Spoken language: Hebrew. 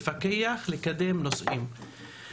לפקח ולקדם נושאים.